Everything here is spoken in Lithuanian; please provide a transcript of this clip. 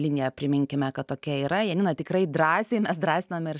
linija priminkime kad tokia yra janina tikrai drąsiai mes drąsiname ir